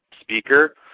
speaker